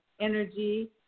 energy